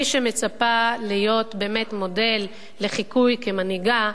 מי שמצפה להיות באמת מודל לחיקוי כמנהיגה.